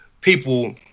people